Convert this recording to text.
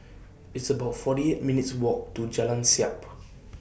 It's about forty eight minutes' Walk to Jalan Siap